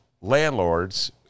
landlords